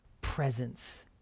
presence